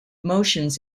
motions